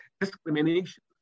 discrimination